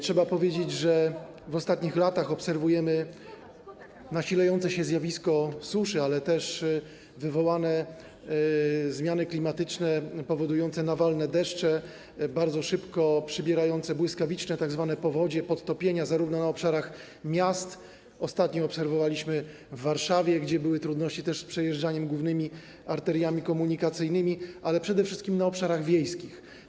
Trzeba powiedzieć, że w ostatnich latach obserwujemy nasilające się zjawisko suszy, ale też zmiany klimatyczne powodujące nawalne deszcze, bardzo szybko przybierające, tzw. błyskawiczne powodzie, podtopienia zarówno na obszarach miast - ostatnio obserwowaliśmy to w Warszawie, gdzie były trudności z przejeżdżaniem głównymi arteriami komunikacyjnymi - jak i, przede wszystkim, na obszarach wiejskich.